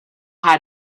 how